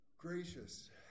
Gracious